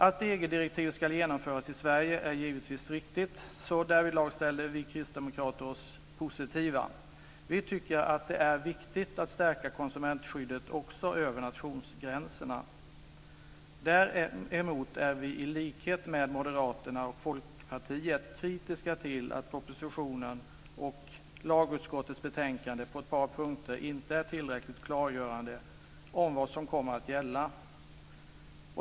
Att EG-direktivet ska genomföras i Sverige är givetvis riktigt, så därvidlag ställer vi kristdemokrater oss positiva. Vi tycker att det är viktigt att stärka konsumentskyddet också över nationsgränserna. Däremot är vi i likhet med Moderaterna och Folkpartiet kritiska till att propositionen och lagutskottets betänkande på ett par punkter inte är tillräckligt klargörande om vad som kommer att gälla.